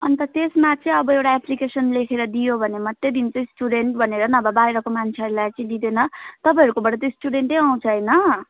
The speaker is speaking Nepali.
अन्त त्यसमा चाहिँ अब एउटा एप्लिकेसन लेखेर दियो भने मात्रै दिन्छ स्टुडेन्ट भनेर नभए बाहिरको मान्छेहरूलाई चाहिँ दिँदैन तपाईँहरूकोबाट त स्टुडेन्टै आउँछ होइन